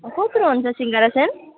कत्रो हुन्छ सिङ्गडा चाहिँ